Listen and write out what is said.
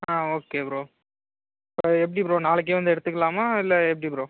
ஆ okay bro இப்போ எப்படி bro நாளைக்கே வந்து எடுத்துக்கலாமா இல்லை எப்படி ப்ரோ